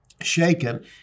shaken